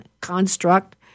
construct